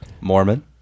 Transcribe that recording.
Mormon